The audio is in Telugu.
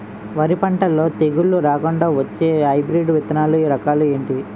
వరి పంటలో తెగుళ్లు రాకుండ వచ్చే హైబ్రిడ్ విత్తనాలు రకాలు ఏంటి?